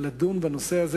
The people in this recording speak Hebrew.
לדון בנושא הזה,